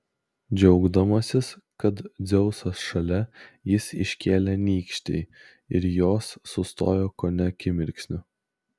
džiaugdamasis kad dzeusas šalia jis iškėlė nykštį ir jos sustojo kone akimirksniu